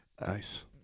Nice